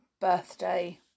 birthday